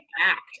act